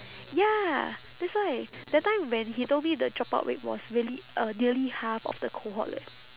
ya that's why that time when he told me the dropout rate was really uh nearly half of the cohort leh